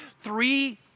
three